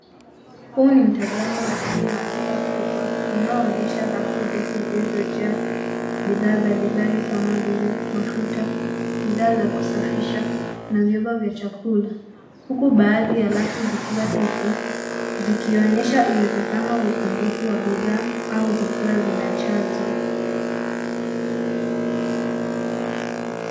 Huu ni mtazamo wa ndani ya duka kubwa unaoonyesha rafu ndefu zilizojaa bidhaa mbalimbali kama vile mafuta, bidhaa za kusafisha na vyombo vya chakula huku baadhi ya rafu zikiwa tupu zikionyesha uwezekano wa upungufu wa bidhaa au zikiwa zinajazwa.